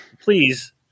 please